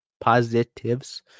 positives